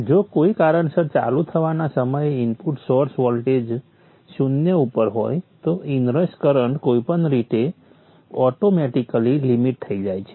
જો કોઈ કારણસર ચાલુ થવાના સમયે ઇનપુટ સોર્સ વોલ્ટેજ શૂન્ય ઉપર હોય તો ઇનરશ કરંટ કોઈપણ રીતે ઓટોમેટિકલી લિમિટ થઇ જાય છે